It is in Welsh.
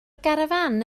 garafán